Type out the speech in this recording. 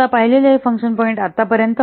आता आपण हे फंकशन पॉईंट आतापर्यंत